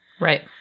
Right